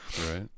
Right